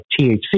THC